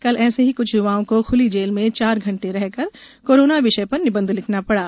कल ऐसे ही कुछ युवाओं को खुली जेल में चार घंटे रहकर कोरोना विषय पर निबंध लिखना पड़ा